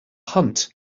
hunt